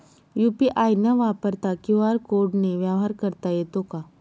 UPI न वापरता QR कोडने व्यवहार करता येतो का?